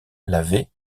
l’avait